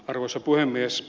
arvoisa puhemies